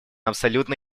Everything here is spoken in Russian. абсолютно